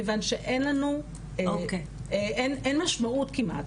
מכיוון שאין לנו משמעות כמעט,